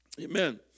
Amen